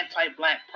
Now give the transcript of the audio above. anti-black